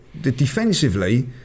defensively